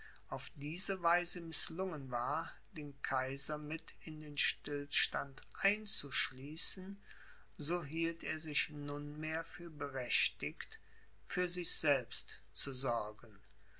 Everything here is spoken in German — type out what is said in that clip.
auf diese weise mißlungen war den kaiser mit in den stillstand einzuschließen so hielt er sich nunmehr für berechtigt für sich selbst zu sorgen